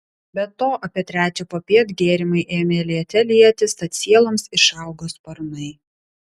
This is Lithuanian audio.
be to apie trečią popiet gėrimai ėmė liete lietis tad sieloms išaugo sparnai